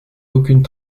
aucune